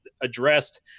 addressed